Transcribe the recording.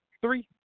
three